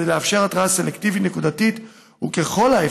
כדי לאפשר התרעה סלקטיבית נקודתית ועל מנת